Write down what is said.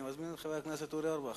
אני מזמין את חבר הכנסת אורבך.